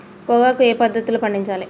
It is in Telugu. పొగాకు ఏ పద్ధతిలో పండించాలి?